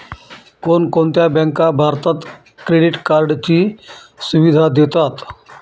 कोणकोणत्या बँका भारतात क्रेडिट कार्डची सुविधा देतात?